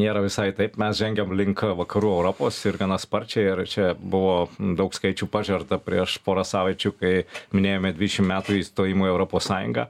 nėra visai taip mes žengiam link vakarų europos ir gana sparčiai ir čia buvo daug skaičių pažerta prieš porą savaičių kai minėjome dvišim metų įstojimą į europos sąjungą